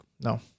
no